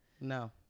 No